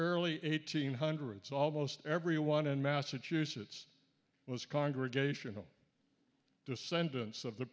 early eighteen hundred so almost everyone in massachusetts was congregational descendants of the